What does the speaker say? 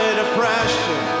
depression